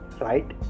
right